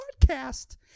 podcast